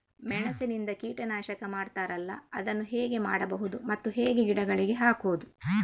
ಮೆಣಸಿನಿಂದ ಕೀಟನಾಶಕ ಮಾಡ್ತಾರಲ್ಲ, ಅದನ್ನು ಹೇಗೆ ಮಾಡಬಹುದು ಮತ್ತೆ ಹೇಗೆ ಗಿಡಗಳಿಗೆ ಹಾಕುವುದು?